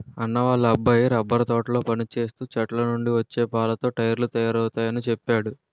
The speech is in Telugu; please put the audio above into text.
అన్నా వాళ్ళ అబ్బాయి రబ్బరు తోటలో పనిచేస్తూ చెట్లనుండి వచ్చే పాలతో టైర్లు తయారవుతయాని చెప్పేడు